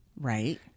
right